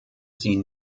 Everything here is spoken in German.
sie